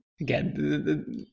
again